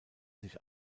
sich